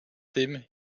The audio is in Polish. tym